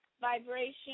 vibration